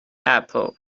apple